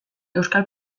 euskal